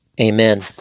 Amen